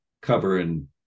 covering